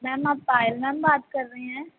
ma'am ਆਪ Payal ma'am ਬਾਤ ਕਰ ਰਹੇ ਹੈਂ